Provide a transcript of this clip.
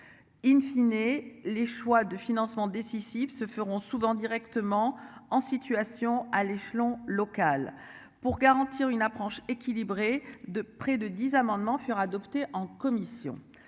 In fine, et les choix de financement décisif se feront souvent directement en situation à l'échelon local, pour garantir une approche équilibrée de près de 10 amendement furent adoptés en commission.